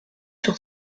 sur